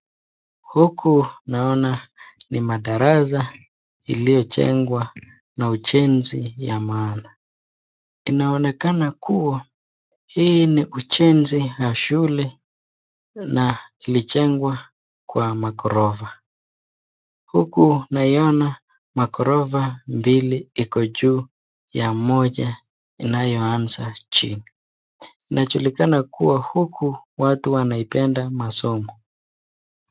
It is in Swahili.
Huku naona ni madarasa iliyojengwa na ujenzi ya maana. Inaonekana kuwa hii ni ujenzi ya shule na ilijengwa kwa magorofa. Huku naiona magorofa mbili iko juu ya moja inayoanza chini. Inajulikana kuwa huku watu wanaipenda masomo.